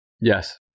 Yes